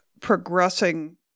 progressing